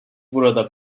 burada